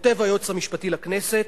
וכותב היועץ המשפטי לכנסת,